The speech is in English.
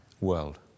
world